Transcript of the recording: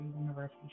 University